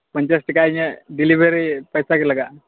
ᱯᱚᱧᱪᱟᱥ ᱴᱟᱠᱟ ᱤᱧᱟᱹᱜ ᱰᱮᱞᱤᱵᱷᱟᱨᱤ ᱯᱚᱭᱥᱟ ᱜᱮ ᱞᱟᱜᱟᱜᱼᱟ